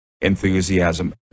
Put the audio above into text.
enthusiasm